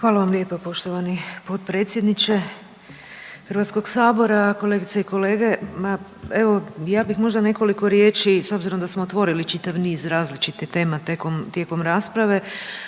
Hvala vam lijepo poštovani potpredsjedniče Hrvatskog sabora. Kolegice i kolege, ma evo ja bih možda nekoliko riječi s obzirom da smo otvorili čitav niz različitih tema tijekom rasprave,